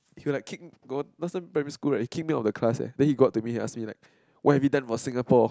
he will like kick don't last time primary school right he kick me out of the class leh then he go up to me he ask me like what have you done for Singapore